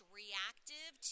reactive